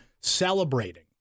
celebrating